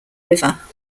river